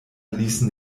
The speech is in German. ließen